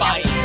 Bye